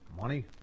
Money